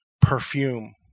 perfume